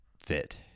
fit